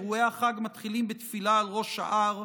אירועי החג מתחילים בתפילה על ראש ההר,